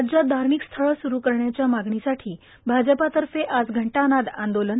राज्यात धार्मिक स्थळ स्रू करण्याच्या मागणीसाठी भाजपातर्फे आज घंटानाद आंदोलन